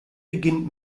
beginnt